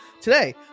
Today